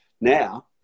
now